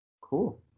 Cool